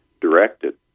directed